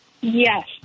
Yes